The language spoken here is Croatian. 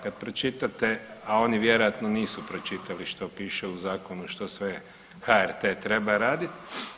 Kad pročitate, a oni vjerojatno nisu pročitali što piše u zakonu što sve HRT treba raditi.